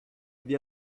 via